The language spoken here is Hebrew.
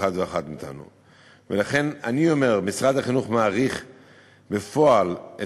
אשר סיימה את עבודתה בשנת 2001. מעבר לאמור לא